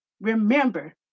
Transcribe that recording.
Remember